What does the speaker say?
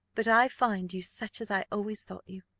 but i find you such as i always thought you,